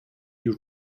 you